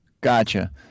Gotcha